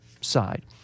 side